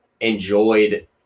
enjoyed